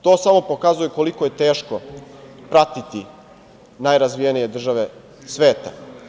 To samo pokazuje koliko je teško pratiti najrazvijenije države sveta.